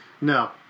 No